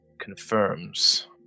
Confirms